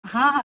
हँ हँ